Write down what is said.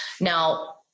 Now